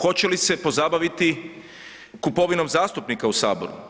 Hoće li se pozabaviti kupovinom zastupnika u Saboru?